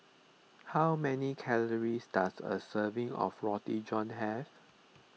how many calories does a serving of Roti John have